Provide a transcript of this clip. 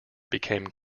became